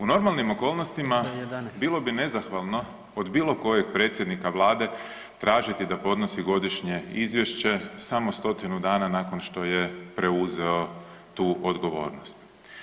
U normalnim okolnostima bilo bi nezahvalno od bilo kojeg predsjednika vlade tražiti da podnosi godišnje izvješće samo 100-tinu dana nakon što je preuzeo tu odgovornost.